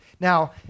Now